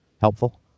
Helpful